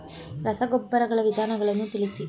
ರಸಗೊಬ್ಬರಗಳ ವಿಧಗಳನ್ನು ತಿಳಿಸಿ?